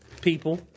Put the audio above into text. People